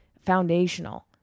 foundational